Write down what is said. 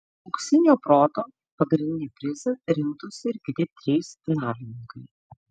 auksinio proto pagrindinį prizą rinktųsi ir kiti trys finalininkai